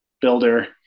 builder